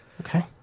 Okay